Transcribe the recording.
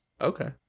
Okay